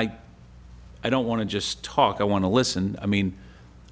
i i don't want to just talk i want to listen i mean